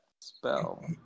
spell